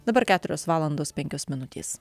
dabar keturios valandos penkios minutės